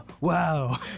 Wow